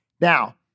Now